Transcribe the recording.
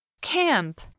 Camp